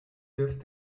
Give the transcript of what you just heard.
wirft